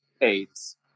AIDS